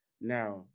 Now